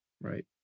Right